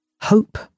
Hope